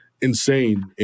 insane